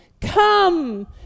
come